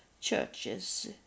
churches